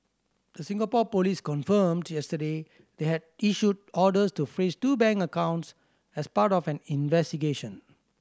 the Singapore police confirmed yesterday they had issued orders to freeze two bank accounts as part of an investigation